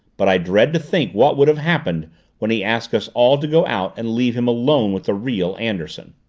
but i dread to think what would have happened when he asked us all to go out and leave him alone with the real anderson!